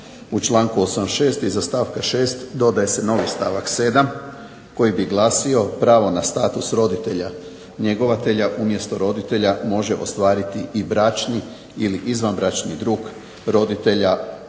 U članku 86. iza stavka 6. dodaje se novi stavak 7. koji bi glasio: "Pravo na status roditelja-njegovatelja umjesto roditelja može ostvariti i bračni ili izvanbračni drug roditelja djeteta